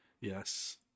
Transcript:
Yes